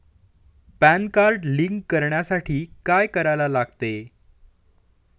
Pan card link करण्यासाठी काय करायला लागते?